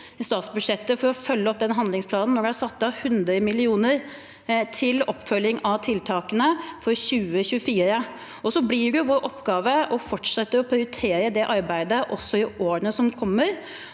statsbudsjettet til å følge opp den handlingsplanen, når det er satt av 100 mill. kr til oppfølging av tiltakene i budsjettet for 2024. Så blir det vår oppgave å fortsette å prioritere det arbeidet også i årene som kommer.